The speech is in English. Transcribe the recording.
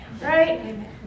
Right